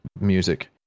music